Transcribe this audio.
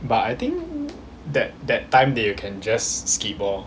but I think that that time they can just skip orh